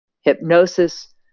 Hypnosis